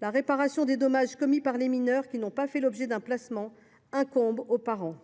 La réparation des dommages commis par les mineurs n’ayant pas fait l’objet d’un placement incombe en effet